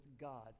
God